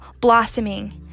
blossoming